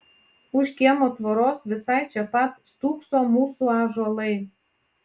už kiemo tvoros visai čia pat stūkso mūsų ąžuolai